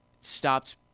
stopped